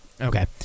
Okay